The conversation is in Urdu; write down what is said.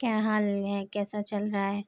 کیا حال ہے کیسا چل رہا ہے